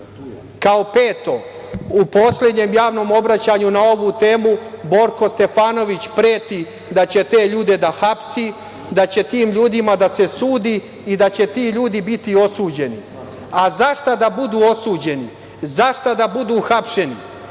im. Kao peto, u poslednjem javnom obraćanju na ovu temu, Borko Stefanović preti da će te ljude da hapsi, da će tim ljudima da se sudi i da će ti ljudi biti osuđeni. Za šta da budu osuđeni? Za šta da budu hapšeni?